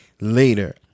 later